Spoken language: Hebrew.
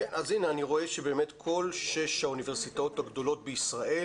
אז אני רואה שבאמת כל שש האוניברסיטאות הגדולות בישראל,